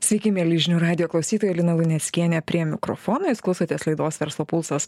sveiki mieli žinių radijo klausytojai lina luneckienė prie mikrofono jūs klausotės laidos verslo pulsas